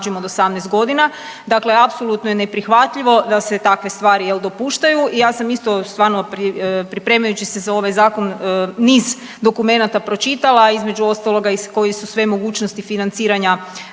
od 18 godina, dakle apsolutno je neprihvatljivo da se takve stvari, je li, dopuštaju i ja sam isto stvarno pripremajući se za ovaj zakon niz dokumenata pročitala, a između ostaloga koje su sve mogućnosti financiranja